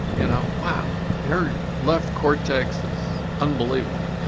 you know wow, her left cortex is unbelievable, yeah